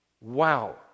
Wow